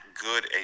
good